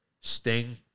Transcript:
Sting